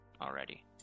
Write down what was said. already